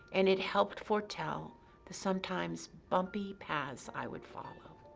and it helped foretell the sometimes bumpy paths i would follow.